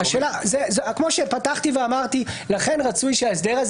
כמו שפתחתי ואמרתי: לכן רצוי שההסדר הזה